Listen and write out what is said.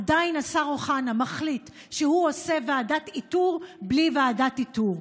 עדיין השר אוחנה מחליט שהוא עושה ועדת איתור בלי ועדת איתור.